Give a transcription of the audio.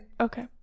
Okay